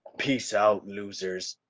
peace out, losers.